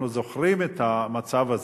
אנחנו זוכרים את המצב הזה.